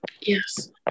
Yes